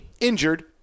injured